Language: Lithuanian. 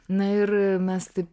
na ir mes taip